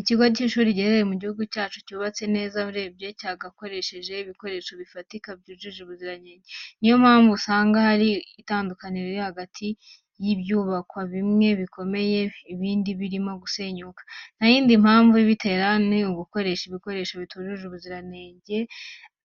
Ikigo cy'ishuri giherereye mu gihugu cyacu cyubatse neza urebye cyakoresheje ibikoresho bifatika byujuje ubuziranenge. Niyo mpamvu usanga hari itandukaniro hagati y'ibyubakwa bimwe bikomeye ibindi birimo gusenyuka. Ntayindi mpamvu ibitera ni ugukoresha ibikoresho bitujuje ubziranenge